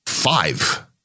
Five